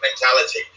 mentality